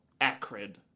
acrid